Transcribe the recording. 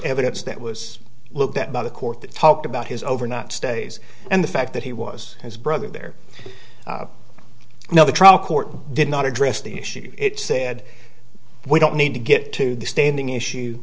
evidence that was looked at by the court that talked about his over not stays and the fact that he was his brother there now the trial court did not address the issue it said we don't need to get to the standing issue